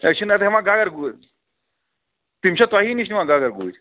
أسۍ چھِ نَتہٕ ہٮ۪وان گگر گوٗ تِم چھا تۄہی نِش نِوان گگر گوٗرۍ